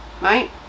right